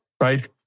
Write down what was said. right